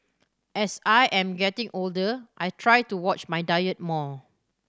as I am getting older I try to watch my diet more